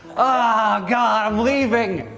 ah god. i'm leaving.